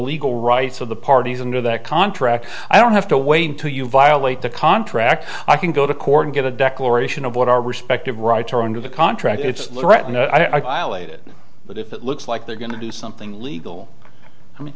legal rights of the parties under that contract i don't have to wait until you violate the contract i can go to court and get a declaration of what our respective rights are under the contract it's loretta i laid it but if it looks like they're going to do something legal i mean